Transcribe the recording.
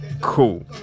Cool